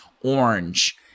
orange